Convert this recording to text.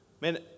man